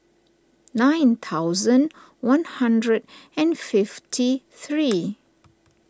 nine thousand one hundred and fifty three